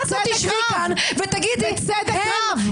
את לא תשבי כאן ותגידי- -- בצדק רב.